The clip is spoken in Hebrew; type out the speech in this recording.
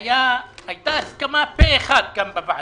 הייתה הסכמה פה אחד כאן בוועדה,